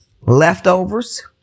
Leftovers